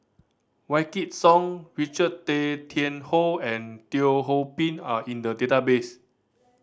Wykidd Song Richard Tay Tian Hoe and Teo Ho Pin are in the database